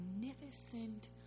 magnificent